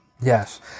yes